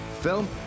film